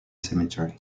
cemetery